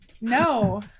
No